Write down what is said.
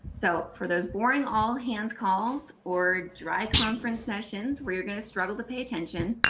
so for those boring all-hands calls, or dry conference sessions where you're going to struggle to pay attention,